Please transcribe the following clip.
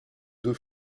deux